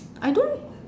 I don't